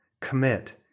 commit